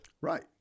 Right